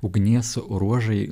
ugnies ruožai